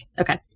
okay